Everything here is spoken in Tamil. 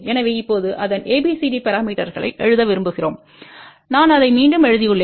எனவே இப்போது இதன் ABCD பரமீட்டர்ஸ்ளை எழுத விரும்புகிறோம்நான் அதை மீண்டும் எழுதியுள்ளேன்